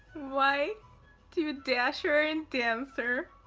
why do dasher and dancer